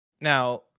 Now